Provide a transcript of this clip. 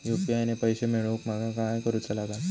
UPI ने पैशे मिळवूक माका काय करूचा लागात?